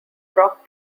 brock